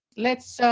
let's so